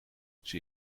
zij